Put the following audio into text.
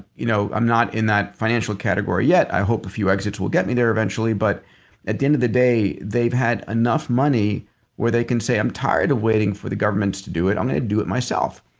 you know i'm not in that financial category yet i hope a few exits will get me there eventually, but at the end of the day, they've had enough money where they can say, i'm tired of waiting for the governments to do it. i'm going to do it myself.